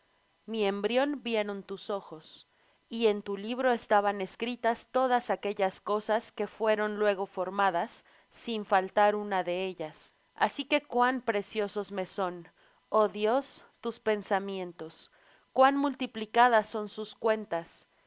mi embrión vieron tus ojos y en tu libro estaban escritas todas aquellas cosas que fueron luego formadas sin faltar una de ellas así que cuán preciosos me son oh dios tus pensamientos cuán multiplicadas son sus cuentas